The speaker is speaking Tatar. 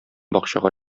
бакчага